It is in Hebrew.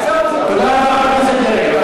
תודה רבה לחבר הכנסת.